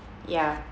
ya